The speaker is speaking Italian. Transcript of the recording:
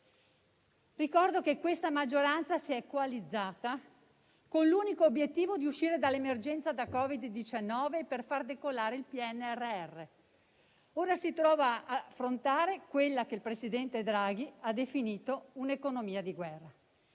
Ricordo che questa maggioranza si è coalizzata con l'unico obiettivo di uscire dall'emergenza da Covid-19 e per far decollare il PNRR; ora si trova ad affrontare quella che il presidente Draghi ha definito «un'economia di guerra».